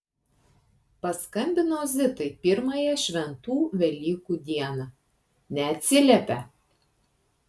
paskambinau zitai pirmąją šventų velykų dieną neatsiliepia